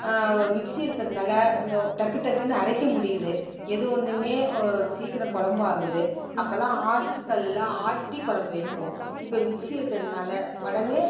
mixie இருக்கிறதுனால டக்கு டக்குனு அரைக்க முடியுது எதுவேணுமே சீக்கிரம் குழம்பாகுது அப்பெல்லாம் ஆட்டு கல்லில் ஆட்டி குழம்பு வைக்கிவோம் இப்போது மிக்சி இருக்கிறதுனால உடனே